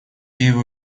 его